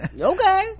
okay